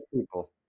people